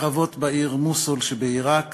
הקרבות בעיר מוסול שבעיראק